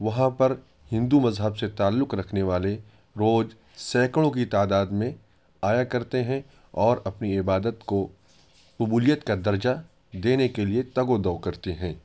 وہاں پر ہندو مذہب سے تعلق رکھنے والے روز سینکڑوں کی تعداد میں آیا کرتے ہیں اور اپنی عبادت کو قبولیت كا درجہ دینے کے لیے تگ و دو کرتے ہیں